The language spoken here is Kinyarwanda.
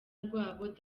rwabo